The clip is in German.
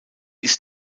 ist